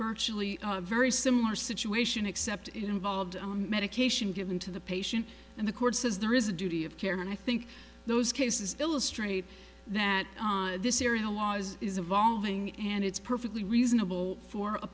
virtually very similar situation except involved medication given to the patient and the court says there is a duty of care and i think those cases illustrate that this area laws is evolving and it's perfectly reasonable for a